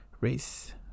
race